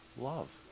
love